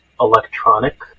electronic